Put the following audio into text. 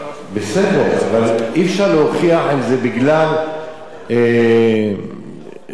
אבל אי-אפשר להוכיח אם זה בגלל שזה אשה או איש.